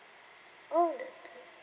oh that's good